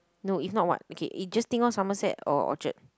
no if not what okay just think of Somerset or Orchard